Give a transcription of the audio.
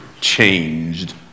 changed